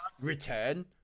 return